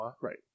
right